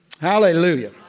Hallelujah